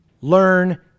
Learn